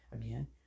again